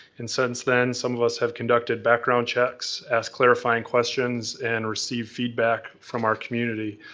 and, since then, some of us have conducted background checks, asked clarifying questions, and received feedback from our community.